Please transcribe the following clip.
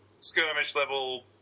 skirmish-level